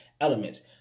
elements